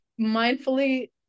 mindfully